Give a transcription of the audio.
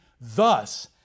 thus